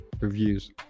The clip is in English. reviews